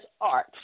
art